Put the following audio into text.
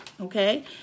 okay